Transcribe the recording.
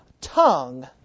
Tongue